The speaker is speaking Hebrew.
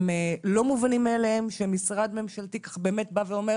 זה לא מובן מאליו שמשרד ממשלתי באמת בא ואומר